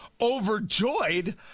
overjoyed